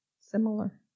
similar